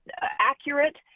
accurate